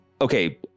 okay